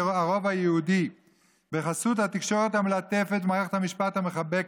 הרוב היהודי בחסות התקשורת המלטפת ומערכת המשפט המחבקת,